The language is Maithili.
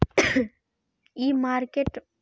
ई मार्केट में बेचेक लेल कोन फसल अच्छा होयत?